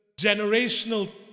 generational